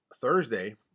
Thursday